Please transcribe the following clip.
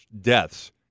deaths